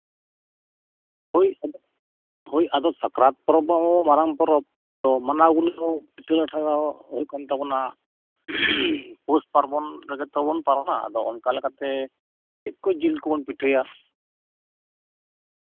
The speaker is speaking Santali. ᱦᱳᱭ ᱟᱫᱚ ᱦᱳᱭ ᱟᱫᱚ ᱥᱟᱠᱨᱟᱛ ᱯᱚᱨᱚᱵᱽ ᱢᱟᱛᱚ ᱢᱟᱨᱟᱝ ᱯᱚᱨᱚᱵᱽ ᱢᱟᱱᱟᱣ ᱜᱩᱱᱟᱹᱣ ᱯᱤᱴᱷᱟᱹ ᱞᱟᱴᱷᱟ ᱦᱳᱭᱳᱜ ᱠᱟᱱ ᱛᱟᱵᱚᱱᱟ ᱯᱳᱥ ᱯᱟᱨᱵᱚᱱ ᱨᱮᱜᱮ ᱛᱚᱵᱚᱱ ᱯᱟᱨᱚᱢᱟ ᱟᱫᱚ ᱚᱱᱠᱟ ᱞᱮᱠᱟᱛᱮ ᱪᱮᱫ ᱠᱚ ᱡᱤᱞ ᱠᱚᱵᱚᱱ ᱯᱤᱴᱷᱟᱹᱭᱟ ᱦᱮᱸ ᱦᱩᱸ